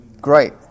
great